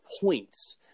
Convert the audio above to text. points